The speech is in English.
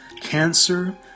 cancer